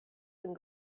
and